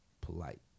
polite